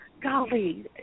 golly